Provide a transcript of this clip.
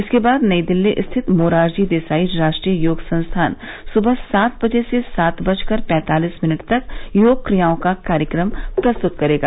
इसके बाद नई दिल्ली स्थित मोरारजी देसाई राष्ट्रीय योग संस्थान सुबह सात बजे से सात बजकर पैंतालीस मिनट तक योग क्रियाओं का कार्यक्रम प्रस्तुत करेगा